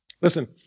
Listen